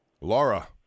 Laura